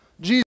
Jesus